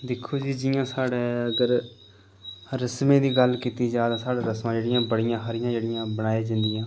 दिक्खो जी जि'यां साढ़े अगर रस्में दी गल्ल कीती जा ते साढ़े रस्मां जेह्ड़ियां बड़ियां हारियां बनाई जंदियां